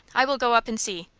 i will go up and see.